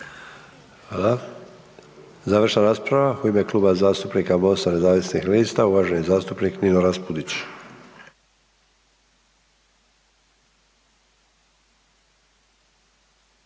završna rasprava u ime Kluba zastupnika MOST-a nezavisnih lista uvaženi zastupnik Miro Bulj.